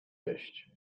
jeść